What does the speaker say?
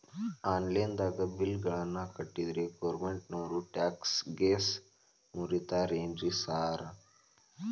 Online ದಾಗ bill ಗಳನ್ನಾ ಕಟ್ಟದ್ರೆ ಗೋರ್ಮೆಂಟಿನೋರ್ ಟ್ಯಾಕ್ಸ್ ಗೇಸ್ ಮುರೇತಾರೆನ್ರಿ ಸಾರ್?